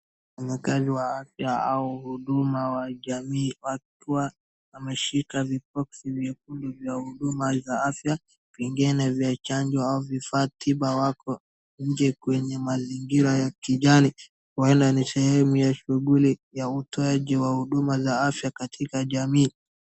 Wafanyakazi wa afya au huduma wa jamii wakiwa wameshika viboksi vyekundu vya huduma za afya, vingine vya chanjo au vifaa tiba. Wako nje kwenye mazingira ya kijani, huenda ni sehemu ya shughuli ya utoaji ya huduma za afya katika jamii.